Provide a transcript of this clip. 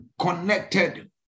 connected